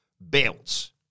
belts